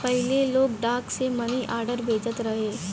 पहिले लोग डाक से मनीआर्डर भेजत रहे